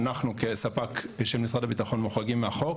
שאנחנו כספק של משרד הביטחון מוחרגים מהחוק,